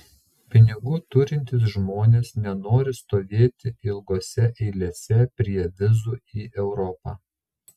pinigų turintys žmonės nenori stovėti ilgose eilėse prie vizų į europą